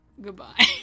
goodbye